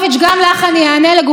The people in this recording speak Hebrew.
זהבה גלאון הסולידית,